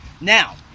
Now